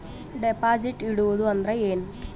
Deposit ಇಡುವುದು ಅಂದ್ರ ಏನ?